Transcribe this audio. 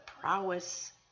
prowess